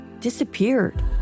disappeared